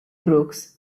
brooks